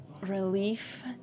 relief